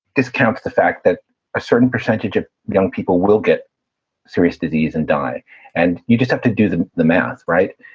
discount the fact that a certain percentage of young people will get serious disease and die and you just have to do the the math, right.